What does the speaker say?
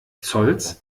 zolls